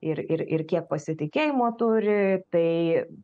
ir ir ir kiek pasitikėjimo turi tai